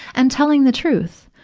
and telling the truth,